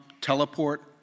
Teleport